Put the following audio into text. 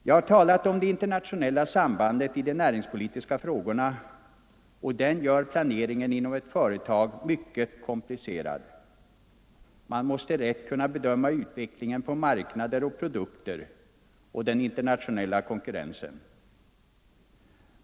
Jag har talat om det internationella sambandet i de näringspolitiska frågorna, och den gör planeringen inom ett företag mycket komplicerad. Man måste kunna rätt bedöma utvecklingen av marknader och produkter samt den internationella konkurrensen.